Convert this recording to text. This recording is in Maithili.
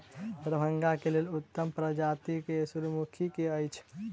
दरभंगा केँ लेल उत्तम प्रजाति केँ सूर्यमुखी केँ अछि?